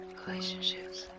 relationships